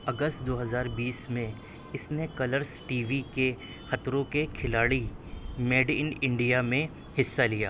اگست دو ہزار بیس میں اِس نے کلرس ٹی وی کے خطروں کے کھلاڑی میڈ ان انڈیا میں حصّہ لیا